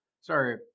Sorry